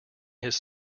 his